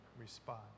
respond